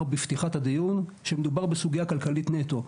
בפתיחת הדיון: שמדובר בסוגייה כלכלית נטו.